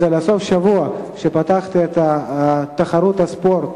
על הסוף-שבוע שבו פתחתי את תחרות הספורט